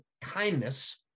kindness